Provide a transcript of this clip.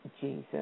Jesus